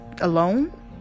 alone